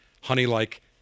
honey-like